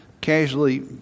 casually